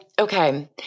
okay